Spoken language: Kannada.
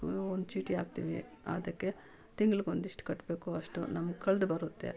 ಒಂದು ಚೀಟಿ ಹಾಕ್ತೀವಿ ಅದಕ್ಕೆ ತಿಂಗ್ಳಿಗೊಂದಿಷ್ಟು ಕಟ್ಟಬೇಕು ಅಷ್ಟು ನಮ್ಗೆ ಕಳೆದು ಬರುತ್ತೆ